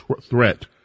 threat